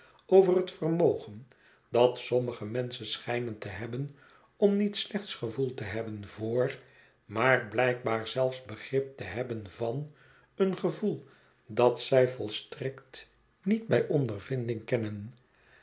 over het vermogen dat sommige menschen schijnen te hebben om niet slechts gevoel te hebben voor maar blijkbaar zelfs begrip te hebben van een gevoel dat zij volstrekt niet bij ondervinding kennen